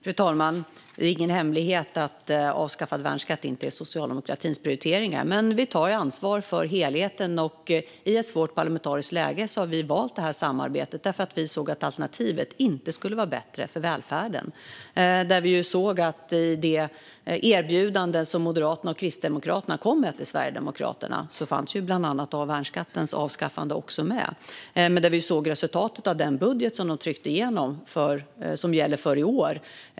Fru talman! Det är ingen hemlighet att en avskaffad värnskatt inte är en socialdemokratisk prioritering, men vi tar ansvar för helheten. I ett svårt parlamentariskt läge har vi valt det här samarbetet, för vi såg att alternativet inte skulle vara bättre för välfärden. I det erbjudande som Moderaterna och Kristdemokraterna kom med till Sverigedemokraterna fanns bland annat värnskattens avskaffande, men vi såg också resultatet av den budget som de tryckte igenom och som gäller för i år.